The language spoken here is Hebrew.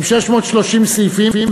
עם 630 סעיפים,